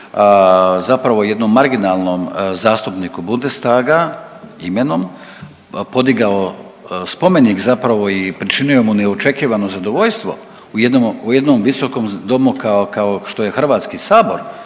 zapravo jednom marginalnom zastupniku Bundestaga imenom podigao spomenik zapravo i pričinio mu neočekivano zadovoljstvo u jednom visokom domu kao što je HS zapravo